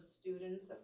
students